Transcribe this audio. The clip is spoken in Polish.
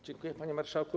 Dziękuję, panie marszałku.